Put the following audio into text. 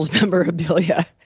memorabilia